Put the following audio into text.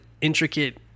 intricate